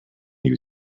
you